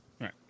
Right